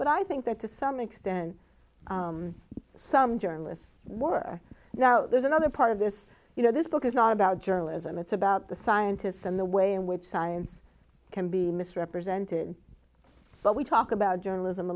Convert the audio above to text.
but i think that to some extent some journalists were now there's another part of this you know this book is not about journalism it's about the scientists and the way in which science can be misrepresented but we talk about journalism a